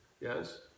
yes